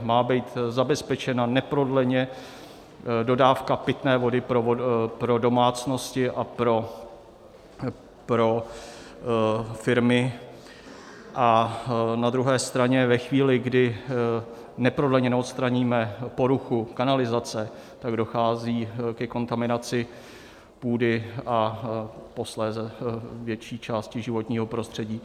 Má být zabezpečena neprodleně dodávka pitné vody pro domácnosti a pro firmy a na druhé straně ve chvíli, kdy neprodleně neodstraníme poruchu kanalizace, dochází ke kontaminaci půdy a posléze větší části životního prostředí.